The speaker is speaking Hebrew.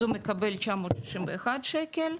אז הוא מקבל 991 שקל,